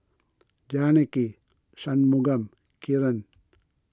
Janaki Shunmugam Kiran